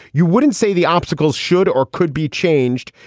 you wouldn't say the obstacles should or could be changed.